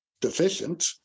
deficient